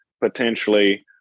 potentially